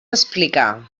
explicar